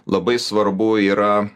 labai svarbu yra